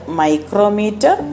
micrometer